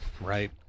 right